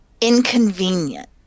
Inconvenient